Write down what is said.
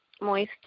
moist